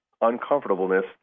uncomfortableness